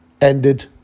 ended